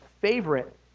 favorite